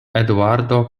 eduardo